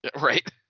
Right